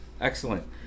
Excellent